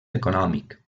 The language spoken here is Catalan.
econòmic